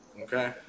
Okay